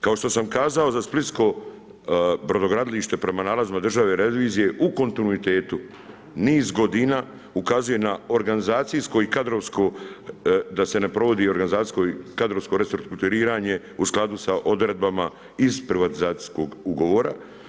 Kao što sam kazao za splitsko brodogradilište prema nalazu Državne revizije u kontinuitetu, niz godina ukazuje na organizacijsko i kadrovsko, da se ne provodi organizacijsko i kadrovsko restrukturiranje u skladu sa odredbama iz privatizacijskog ugovora.